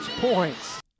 points